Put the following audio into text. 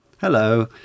Hello